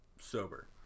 sober